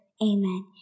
Amen